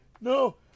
No